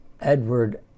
Edward